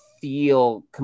feel